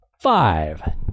five